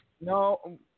No